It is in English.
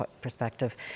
perspective